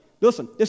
listen